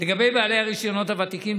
--- לגבי בעלי הרישיונות הוותיקים,